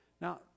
Now